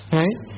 right